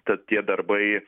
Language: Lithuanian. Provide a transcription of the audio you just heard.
tad tie darbai